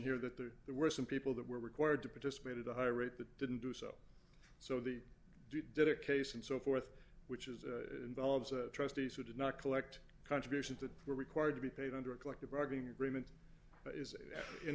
here that there were some people that were required to participate at a high rate that didn't do so so the debtor case and so forth which is involves trustees who did not collect contributions that were required to be paid under a collective bargaining agreement is an